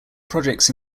projects